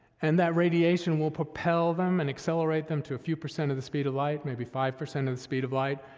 and that radiation will propel them and accelerate them to a few percent of the speed of light, maybe five percent of the speed of light,